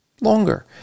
longer